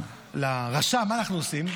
מה אנחנו עושים?